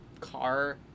car